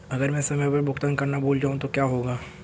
अगर मैं समय पर भुगतान करना भूल जाऊं तो क्या होगा?